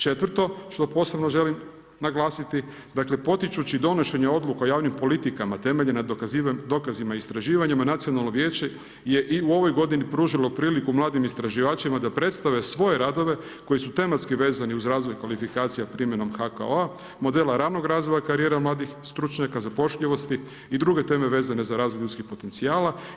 Četvrto što posebno želim naglasiti, dakle potičući donošenje odluke i javnim politikama, temeljenim na dokazima i istraživanjima, Nacionalno vijeće je i u ovoj godini pružilo priliku mladim istraživačima da predstave svoje radove koji su tematski vezani uz razvoj kvalifikacija primjenom HKO-a, modela ranog razvoja karijera mladih stručnjaka, zapošljivosti i druge teme vezane za razvoj ljudskih potencijala.